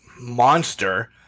monster